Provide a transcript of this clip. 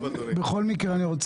רק